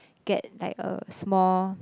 get like a small